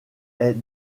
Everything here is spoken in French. est